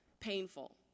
painful